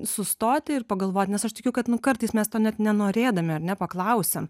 sustoti ir pagalvot nes aš tikiu kad nu kartais mes to net nenorėdami ar ne paklausiam